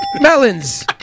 Melons